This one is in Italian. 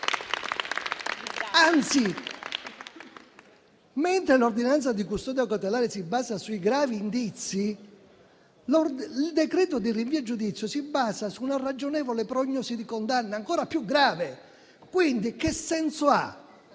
mentre l'ordinanza di custodia cautelare si basa sui gravi indizi, il decreto di rinvio a giudizio si basa su una ragionevole prognosi di condanna, ancora più grave, quindi che senso ha